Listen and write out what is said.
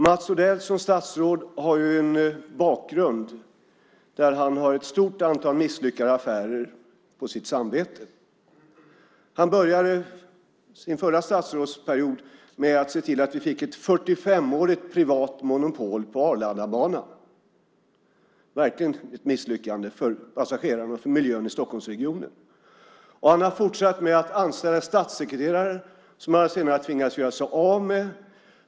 Mats Odell har ju som statsråd en bakgrund där han har ett stort antal misslyckade affärer på sitt samvete. Han började sin förra statsrådsperiod med att se till att vi fick ett 45-årigt privat monopol på Arlandabanan. Det var verkligen ett misslyckande för passagerarna och för miljön i Stockholmsregionen. Han har fortsatt med att anställa en statssekreterare som han senare har tvingats göra sig av med.